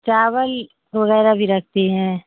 چاول وغیرہ بھی رکھتی ہیں